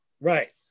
Right